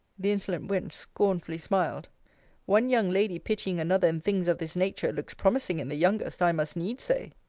the insolent wench scornfully smiled one young lady pitying another in things of this nature, looks promising in the youngest, i must needs say.